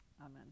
Amen